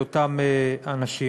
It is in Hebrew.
של אותם אנשים.